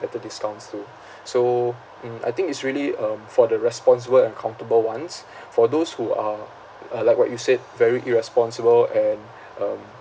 better discounts too so mm I think it's really um for the responsible and accountable ones for those who are uh like what you said very irresponsible and um